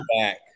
back